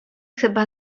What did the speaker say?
chyba